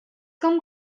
com